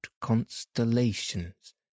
constellations